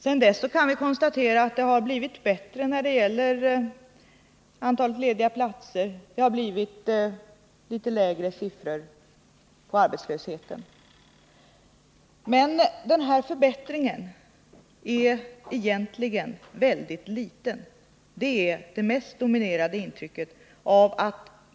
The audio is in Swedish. Vi kan konstatera att det sedan dess har blivit bättre när det gäller antalet lediga platser. Siffrorna på arbetslösheten har blivit litet lägre. Men den här förbättringen är egentligen väldigt liten. Det är det mest dominerande intrycket.